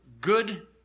good